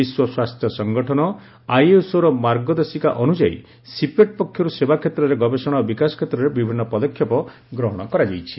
ବିଶ୍ୱ ସ୍ୱାସ୍ଥ୍ୟ ସଂଗଠନ ଆଇଏସ୍ଓର ମାର୍ଗଦର୍ଶିକା ଅନୁଯାୟୀ ସିପେଟ୍ ପକ୍ଷରୁ ସେବା କ୍ଷେତ୍ରରେ ଗବେଷଣା ଓ ବିକାଶ କ୍ଷେତ୍ରରେ ବିଭିନ୍ନ ପଦକ୍ଷେପ ଗ୍ରହଣ କରାଯାଇଛି